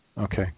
Okay